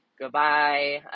Goodbye